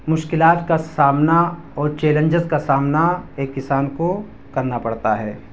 مشکلات کا سامنا اور چیلنجز کا سامنا ایک کسان کو کرنا پڑتا ہے